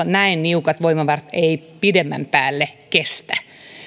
näin niukat voimavarat eivät pidemmän päälle kestä